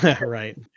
right